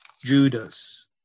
Judas